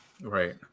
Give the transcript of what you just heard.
Right